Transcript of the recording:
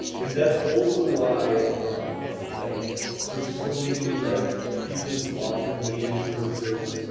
and that's also why um like there's so many like people who offer native services.